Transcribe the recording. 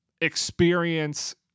experience